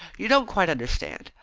you don't quite understand.